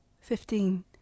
fifteen